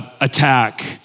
attack